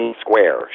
Square